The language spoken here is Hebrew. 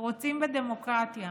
שרוצים בדמוקרטיה,